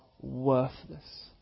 worthless